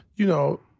you know,